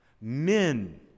Men